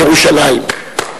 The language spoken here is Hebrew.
ירושלים.